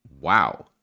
Wow